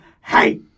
hey